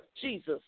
Jesus